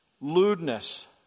Lewdness